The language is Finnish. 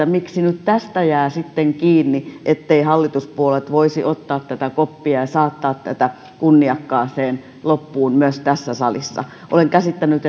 miksi nyt tästä jää kiinni etteivät hallituspuolueet voisi ottaa koppia ja saattaa tätä kunniakkaaseen loppuun myös tässä salissa olen käsittänyt